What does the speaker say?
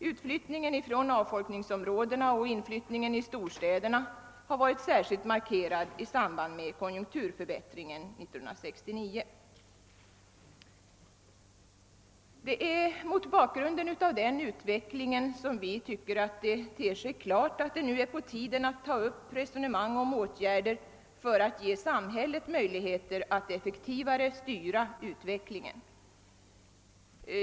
Utflyttningen från avfolkningsområdena och inflyttningen i storstäderna har varit särskilt markerad i samband med konjunkturförbättringen 1969. Det är mot bakgrunden av den utvecklingen som det förefaller oss klart att det är på tiden att ta upp ett resonemang om åtgärder för att ge samhället möjligheter att effektivare styra utvecklingen.